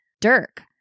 Dirk